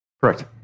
Correct